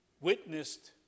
witnessed